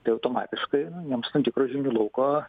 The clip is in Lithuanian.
tai automatiškai jiems tam tikrų žinių lauko